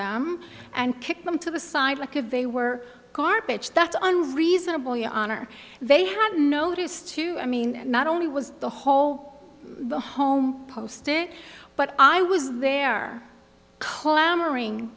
them and kick them to the side because they were garbage that's on reasonable your honor they have noticed too i mean not only was the whole the home posting but i was there clamoring